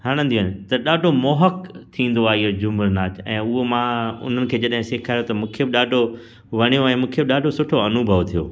हणंदियूं आहिनि त ॾाढो मोहक थींदो आहे झूमरु नाचु ऐं उहो मां उन्हनि खे जॾहिं सेखारियो त मूंखे बि ॾाढो वणियो ऐं मूंखे बि ॾाढो सुठो अनुभव थियो